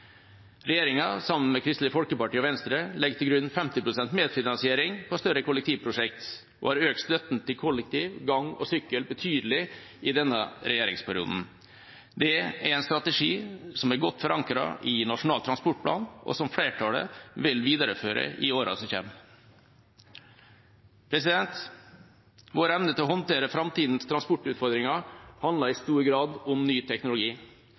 Regjeringa, sammen med Kristelig Folkeparti og Venstre, legger til grunn 50 pst. medfinansiering på større kollektivprosjekt og har økt støtten til kollektiv, gange og sykkel betydelig i denne regjeringsperioden. Det er en strategi som er godt forankret i Nasjonal transportplan, og som flertallet vil videreføre i årene som kommer. Vår evne til å håndtere framtidas transportutfordringer handler i stor grad om ny teknologi.